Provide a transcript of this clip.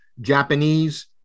Japanese